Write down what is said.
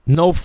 no